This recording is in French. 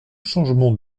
changement